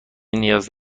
نیاز